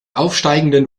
aufsteigenden